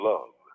Love